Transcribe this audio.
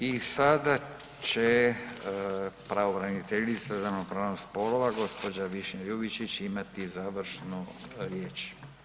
I sada će pravobraniteljice za ravnopravnost spolova gospođa Višnja Ljubičić imati završnu riječ.